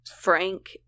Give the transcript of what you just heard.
frank